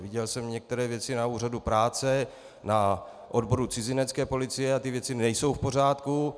Viděl jsem některé věci na úřadu práce, na odboru cizinecké policie a ty věci nejsou v pořádku.